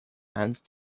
and